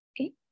okay